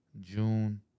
June